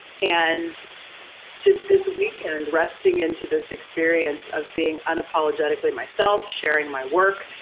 and just this weekend resting into this experience of being unapologetically myself, sharing my work,